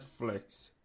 Netflix